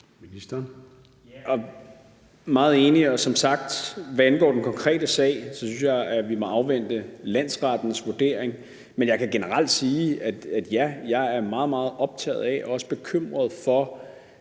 Jeg er meget enig, og hvad angår den konkrete sag, synes jeg som sagt, at vi må afvente landsrettens vurdering. Men jeg kan generelt sige, at ja, jeg er meget, meget optaget af og også bekymret for